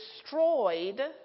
destroyed